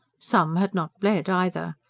some had not bled either.